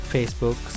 Facebook